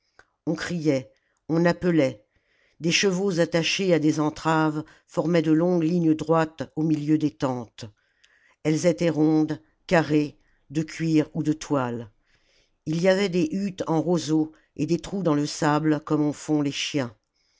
on criah on appelait des chevaux attachés à des entraves formaient de longues lignes droites au milieu des tentes elles étaient rondes carrées de cuir ou de toile il y avait des huttes en roseaux et des trous dans le sable comme en font les chiens